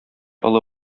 олы